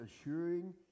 assuring